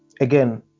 again